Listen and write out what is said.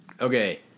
Okay